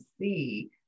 see